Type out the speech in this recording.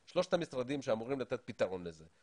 שלושת המשרדים שאמורים לתת פתרון לזה.